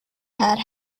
had